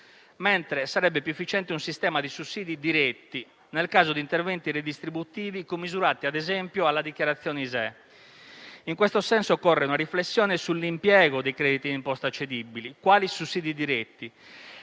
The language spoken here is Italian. Sarebbe invece più efficiente un sistema di sussidi diretti nel caso di interventi redistributivi, commisurati - ad esempio - alla dichiarazione ISEE. In questo senso, occorre una riflessione sull'impiego di crediti d'imposta cedibili quali sussidi diretti;